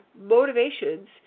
motivations